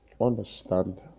understand